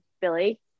Billy